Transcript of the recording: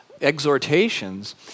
exhortations